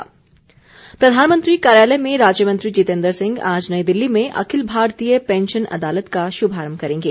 pension अदालत प्रधानमंत्री कार्यालय में राज्यमंत्री जितेन्द्र सिंह आज नई दिल्ली में अखिल भारतीय पेंशन अदालत का शुभारंभ करेंगे